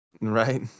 Right